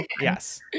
Yes